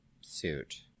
suit